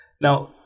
now